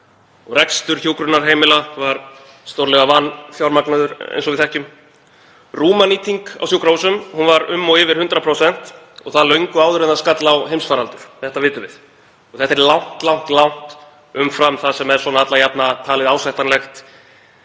og rekstur hjúkrunarheimila var stórlega vanfjármagnaður, eins og við þekkjum. Rúmanýting á sjúkrahúsum var um og yfir 100% og það löngu áður en heimsfaraldur skall á. Þetta vitum við. Þetta er langt, langt umfram það sem er svona alla jafna talið ásættanlegt